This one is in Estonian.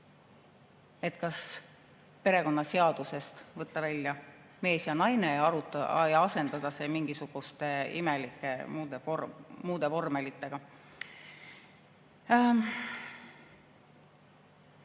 kas perekonnaseadusest võtta välja "mees" ja "naine" ja asendada need mingisuguste imelike muude vormelitega.